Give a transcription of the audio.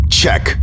check